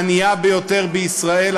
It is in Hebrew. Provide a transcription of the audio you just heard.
הענייה ביותר בישראל,